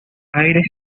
aires